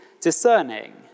discerning